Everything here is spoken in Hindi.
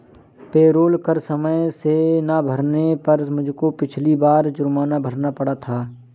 पेरोल कर समय से ना भरने पर मुझको पिछली बार जुर्माना भरना पड़ा था